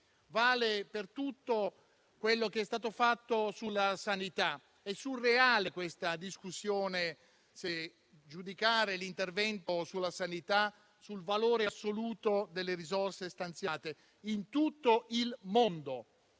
vale per tutto quello che è stato fatto sulla sanità. È surreale questa discussione se giudicare l'intervento sulla sanità sul valore assoluto delle risorse stanziate. In tutto il mondo